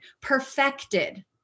perfected